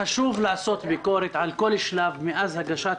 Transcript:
חשוב לעשות ביקורת על כל שלב מאז הגשת